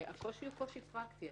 הקושי הוא קושי פרקטי.